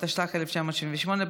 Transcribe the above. התשל"ח 1978,